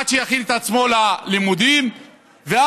עד שיכין את עצמו ללימודים ואז,